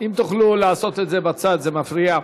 אם תוכלו לעשות את זה בצד, זה מפריע.